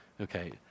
Okay